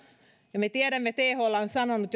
ja me tiedämme ja thl on sanonut